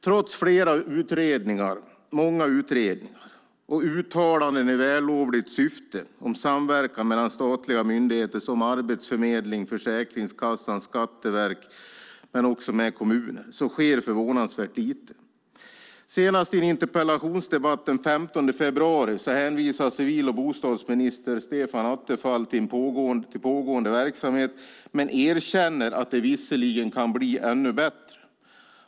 Trots många utredningar och uttalanden i vällovligt syfte om samverkan mellan statliga myndigheter som Arbetsförmedlingen, Försäkringskassan, Skatteverket och även med kommuner sker det förvånansvärt lite. Senast i en interpellationsdebatt den 15 februari hänvisade civil och bostadsminister Stefan Attefall till pågående verksamhet men erkänner att det visserligen kan bli ännu bättre.